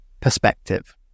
perspective